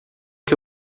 que